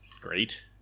great